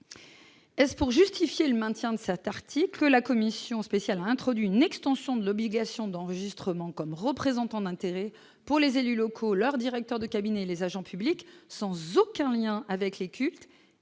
Est-ce pour justifier le maintien de sa tartine que la commission spéciale introduit une extension de l'obligation d'enregistrement comme représentant d'intérêt pour les élus locaux, leur directeur de cabinet, les agents publics sans aucun lien avec les cultes